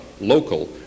local